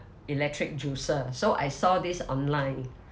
electric juicer so I saw this online